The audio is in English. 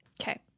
Okay